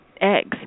eggs